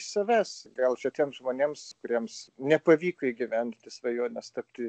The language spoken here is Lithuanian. savęs gal šitiems žmonėms kuriems nepavyko įgyvendinti svajonės tapti